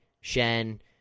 Shen